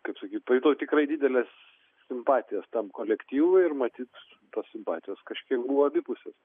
kaip sakyt pajutau tikrai dideles simpatijas tam kolektyvui ir matyt tos simpatijos kažkiek buvo abipusės